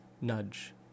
Nudge